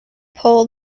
pull